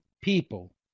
people